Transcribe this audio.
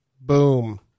Boom